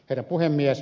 herra puhemies